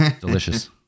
Delicious